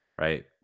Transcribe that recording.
right